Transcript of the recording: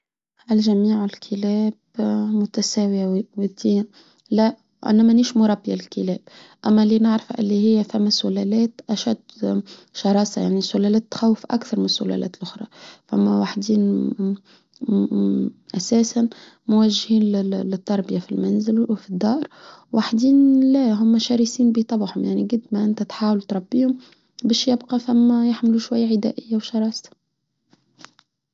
هل جميع الكلاب متساوية وديا؟ لا أنا ما نشم ربيع الكلاب أما اللي نعرف أنه هي فم سلالات أشد شراسة يعني سلالات تخوف أكثر من سلالات أخرى فم واحدين أساسا موجهين للتربية في المنزل وفي الدار واحدين لا هم شرسين بيطبخوا يعني جد ما أنت تحاول تربيهم بيش يبقى فم يحملوا شوية عدائية وشراسة.